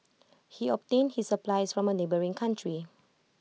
he obtained his supplies from A neighbouring country